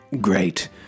great